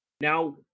Now